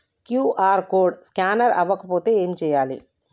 QR code scanner అవ్వకపోతే ఏం చేయాలి?